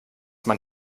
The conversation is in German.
man